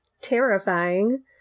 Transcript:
terrifying